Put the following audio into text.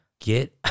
Get